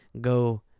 go